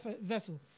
vessel